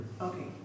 Okay